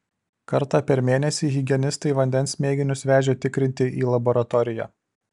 kartą per mėnesį higienistai vandens mėginius vežė tikrinti į laboratoriją